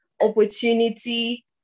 opportunity